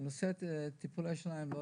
על נושא טיפולי שיניים לא